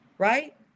right